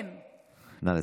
כן,